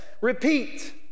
repeat